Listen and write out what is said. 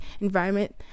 environment